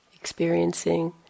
experiencing